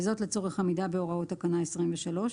וזאת לצורך עמידה בהוראות תקנה 23,